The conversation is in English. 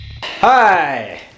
Hi